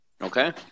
Okay